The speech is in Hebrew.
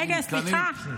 רגע, סליחה.